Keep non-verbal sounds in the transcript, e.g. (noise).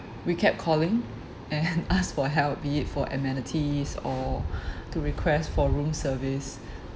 we kept calling and (laughs) asked for help be it for amenities or (breath) to request for room service (breath)